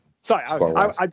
Sorry